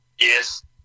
Yes